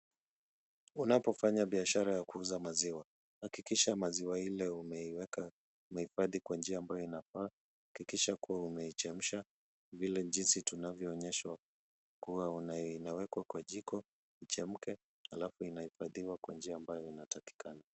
Unapofanya biashara ya kuuza maziwa hakikisha maziwa ile umeiweka, umehifadhi kwa njia ambayo inafaa, hakikisha kuwa umeichemsha vile jinsi tunavyoonyeshwa kuwa inawekwa kwa jiko ichemke alafu inahifadhiwa kwa njia ambayo inatakikana.